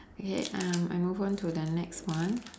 yeah um I move on to the next one